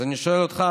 אז אני שואל אותך,